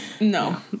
No